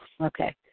Okay